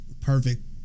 perfect